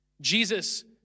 Jesus